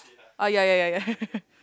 uh ya ya ya